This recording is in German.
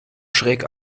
schräg